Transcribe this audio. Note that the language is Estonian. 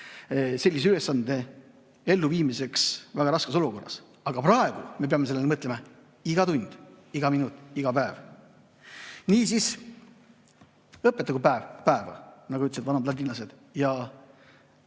sellise ülesande elluviimiseks väga raskes olukorras, aga praegu me peame sellele mõtlema iga tund, iga minut, iga päev. Niisiis: õpetagu päev päeva, nagu ütlesid vanad ladinlased.